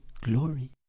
glory